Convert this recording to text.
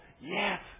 Yes